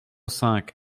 cinq